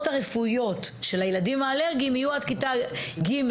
הרפואיות של ילדים אלרגיים יהיו עד כתה ג',